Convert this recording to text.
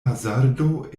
hazardo